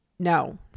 no